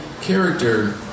character